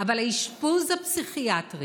אבל האשפוז הפסיכיאטרי